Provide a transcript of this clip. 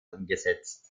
umgesetzt